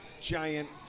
giant